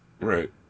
Right